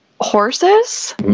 Horses